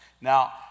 Now